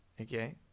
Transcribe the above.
Okay